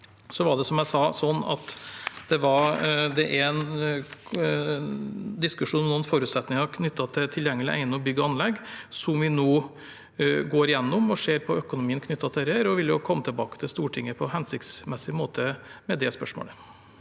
jeg sa, en diskusjon og noen forutsetninger knyttet til tilgjengelige egnede bygg og anlegg som vi nå går gjennom, og vi ser på økonomien knyttet til dette og vil komme tilbake til Stortinget på hensiktsmessig måte med det.